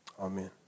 Amen